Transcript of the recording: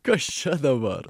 kas čia dabar